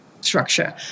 structure